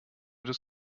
des